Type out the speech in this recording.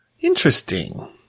Interesting